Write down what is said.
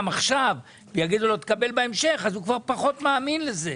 עכשיו אלא יאמרו לו שיקבל בהמשך הוא כבר פחות מאמין לזה.